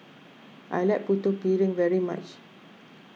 I like Putu Piring very much